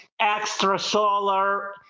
extrasolar